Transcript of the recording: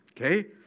Okay